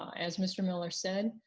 as mr. miller said,